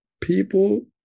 people